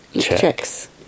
checks